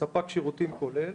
כספק שירותים כולל.